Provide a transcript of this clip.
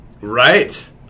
Right